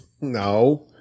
no